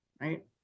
right